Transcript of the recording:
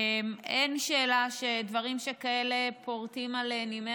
אין שאלה שדברים שכאלה פורטים על נימי